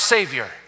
Savior